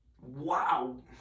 Wow